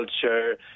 culture